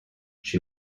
she